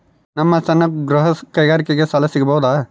ನಮ್ಮ ಸಣ್ಣ ಗೃಹ ಕೈಗಾರಿಕೆಗೆ ಸಾಲ ಸಿಗಬಹುದಾ?